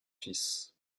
fils